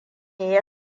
ya